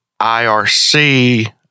IRC